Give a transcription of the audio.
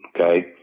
okay